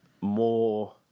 more